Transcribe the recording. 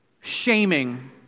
shaming